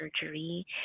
surgery